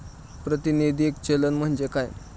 प्रातिनिधिक चलन म्हणजे काय?